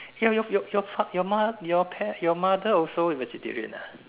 your your your fa~ your mo~ your pa~ your mother also vegetarian ah